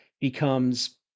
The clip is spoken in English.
becomes